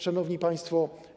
Szanowni Państwo!